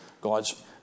God's